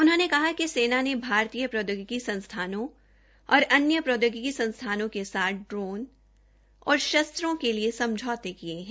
उन्होंने कहा कि सेना ने भारतीय प्रौदयोगिकी संसथानों और अन्य प्रौदयोगिकी संसथानों के साथ ड्रोन और शस्त्रों के लिए समझौते किये है